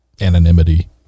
anonymity